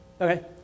Okay